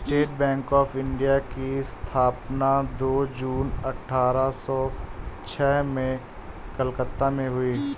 state Bank of India की स्थापना दो जून अठारह सो छह में कलकत्ता में हुई